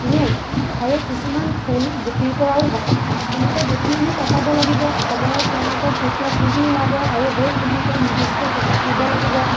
ৰুওঁ আৰু কিছুমান ফুল গুটিৰ পৰাও হয় তেনেকৈ গুটি আমি পচাব লাগিব সময়ত তেওঁলোকক যেতিয়া পুলি ওলাব আৰু সেই পুলি গৈ নিৰ্দিষ্ট জেগাত ৰুব লাগিব